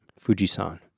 Fujisan